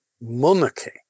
monarchy